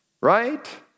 right